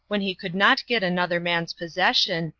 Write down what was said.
when he could not get another man's possession,